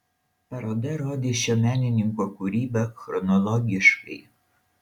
paroda rodys šio menininko kūrybą chronologiškai